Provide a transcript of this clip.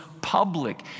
public